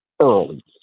early